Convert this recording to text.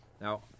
Now